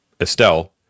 Estelle